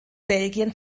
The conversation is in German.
belgien